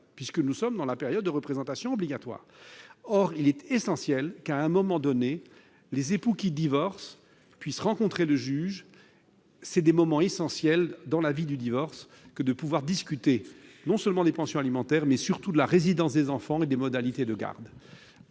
puisque nous sommes dans la période de représentation obligatoire. Or il est essentiel que, à un moment ou à un autre, les époux qui divorcent puissent rencontrer le juge : il est fondamental que les époux souhaitant divorcer puissent discuter non seulement des pensions alimentaires mais surtout de la résidence des enfants et des modalités de garde.